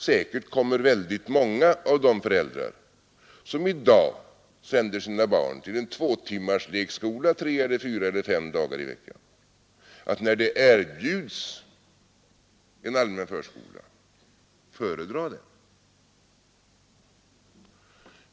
Säkert kommer många av de föräldrar som i dag sänder sina barn till en tvåtimmarslekskola tre eller fyra eller fem dagar i veckan att, när det erbjuds en allmän förskola, föredra det.